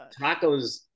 tacos